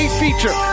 feature